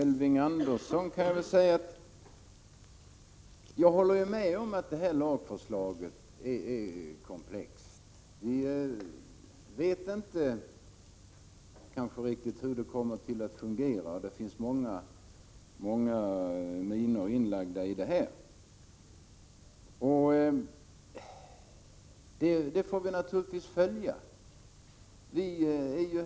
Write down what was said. Fru talman! Jag håller med Elving Andersson om att lagförslaget är komplext. Vi vet inte riktigt hur lagen kommer att fungera. Det finns många minor inlagda i det här. Vi får naturligtvis följa vad som sker.